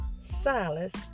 Silas